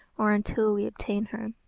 or until we obtain her.